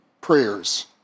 prayers